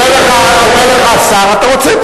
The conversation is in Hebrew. עונה לך השר: אתה רוצה,